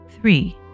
Three